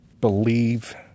believe